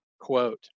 quote